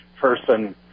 person